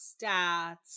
stats